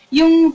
yung